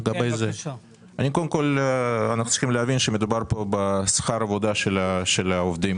אנחנו צריכים להבין שמדובר כאן בשכר עובדה של העובדים